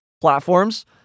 platforms